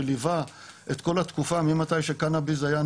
שליווה את כל התקופה ממתי שהקנאביס נהיה